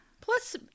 plus